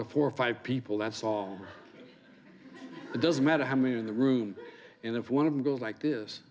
to four or five people that's all it doesn't matter how many are in the room and if one of them goes like this